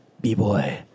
B-Boy